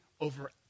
over